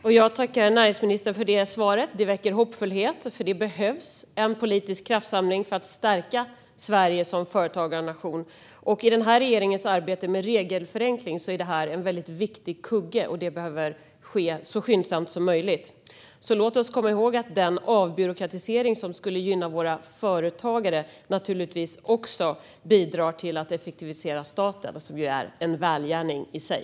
Herr talman! Jag tackar näringsministern för svaret. Det väcker hoppfullhet, för det behövs en politisk kraftsamling för att stärka Sverige som företagarnation. I den här regeringens arbete med regelförenkling är detta en väldigt viktig kugge, och det behöver ske så skyndsamt som möjligt. Låt oss komma ihåg att den avbyråkratisering som skulle gynna våra företagare naturligtvis också bidrar till att effektivisera staten, vilket ju är en välgärning i sig.